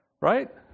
Right